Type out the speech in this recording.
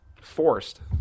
Forced